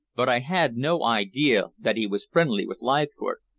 but i had no idea that he was friendly with leithcourt.